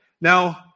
Now